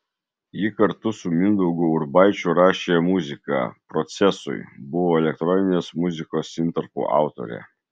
ji kartu su mindaugu urbaičiu rašė muziką procesui buvo elektroninės muzikos intarpų autorė